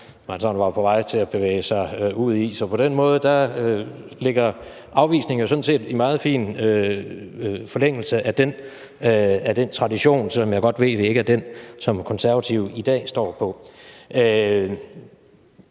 sådan var på vej til at bevæge sig ud på. Så på den måde ligger afvisningen jo sådan set i meget fin forlængelse af den tradition, selv om jeg godt ved, at det ikke er den, som Konservative i dag står for.